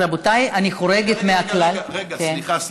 רבותיי, אני חורגת מהכלל, רגע, רגע, סליחה.